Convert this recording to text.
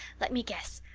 let me guess.